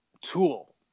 tool